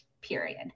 period